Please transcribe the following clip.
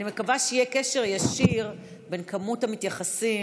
אני מקווה שיהיה קשר ישיר בין מספר המתייחסים